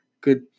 good